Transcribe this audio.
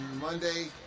Monday